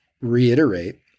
reiterate